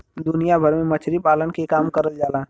दुनिया भर में मछरी पालन के काम करल जाला